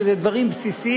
שאלה דברים בסיסיים,